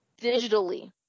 digitally